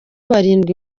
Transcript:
barindwi